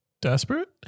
Desperate